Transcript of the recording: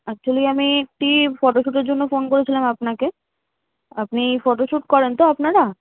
actually আমি একটি photo শ্যুটের জন্য ফোন করেছিলাম আপনাকে আপনি ফটো শ্যুট করেন তো আপনারা